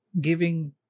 giving